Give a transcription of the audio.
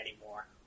anymore